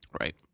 Right